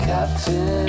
Captain